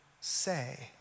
say